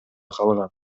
калган